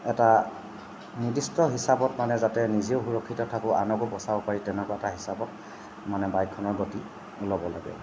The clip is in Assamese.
এটা নিদিষ্ট হিচাপত মানে যাতে নিজে সুৰক্ষিত থাকোঁ আনকো বচাব পাৰি তেনেকুৱা হিচাপত মানে বাইকখনৰ গতি ল'ব লাগে